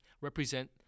represent